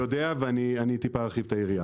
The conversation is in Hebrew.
אני יודע ואני ארחיב את היריעה.